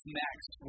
next